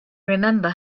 remember